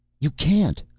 you can't!